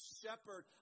shepherd